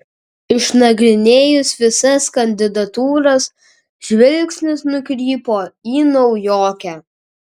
išnagrinėjus visas kandidatūras žvilgsnis nukrypo į naujokę